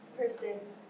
persons